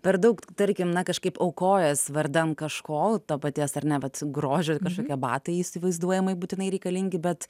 per daug tarkim na kažkaip aukojies vardan kažko to paties ar ne vat grožio kažkokie batai įsivaizduojamai būtinai reikalingi bet